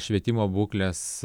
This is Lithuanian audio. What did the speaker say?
švietimo būklės